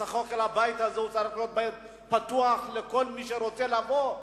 בסך הכול הבית הזה צריך להיות בית פתוח לכל מי שרוצה לבוא,